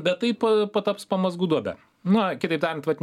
bet taip pataps pamazgų duobe na kitaip tariant vat